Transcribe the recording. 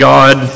God